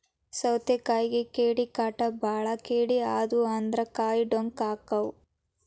ಸೌತಿಕಾಯಿಗೆ ಕೇಡಿಕಾಟ ಬಾಳ ಕೇಡಿ ಆದು ಅಂದ್ರ ಕಾಯಿ ಡೊಂಕ ಅಕಾವ್